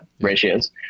ratios